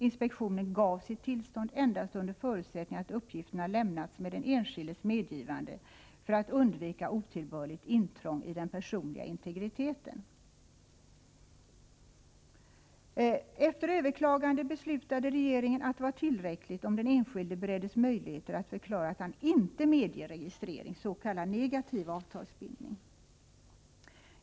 Inspektionen gav sitt tillstånd endast under förutsättning att uppgifterna lämnats med den enskildes medgivande för att undvika otillbörligt intrång i den personliga integriteten. Efter överklagande beslutade regeringen att det var tillräckligt om den enskilde bereddes möjligheter att förklara att han inte medger registrering — s.k. negativ avtalsbindning.